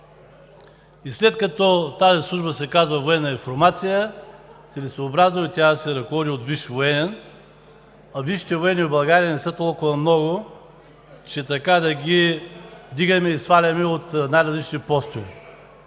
и след като тази служба се казва „Военна информация“, е целесъобразно да се ръководи от висш военен, а висшите военни в България не са толкова много, че така да ги вдигаме и сваляме от най-различни постове.